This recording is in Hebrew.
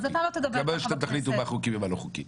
כמו שאתם תחליטו מה חוקי ומה לא חוקי.